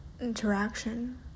interaction